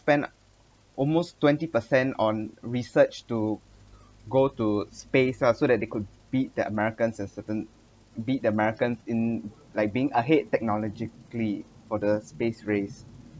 spend almost twenty percent on research to go to space uh so that they could beat the americans as certain beat the americans in like being ahead technologically for the space race